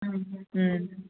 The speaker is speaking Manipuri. ꯎꯝ ꯎꯝ